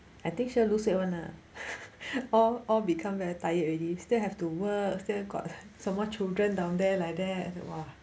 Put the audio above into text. I think sure lose weight [one] ah all all become very tired already still have to work still got some more children down there like that !wah!